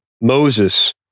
Moses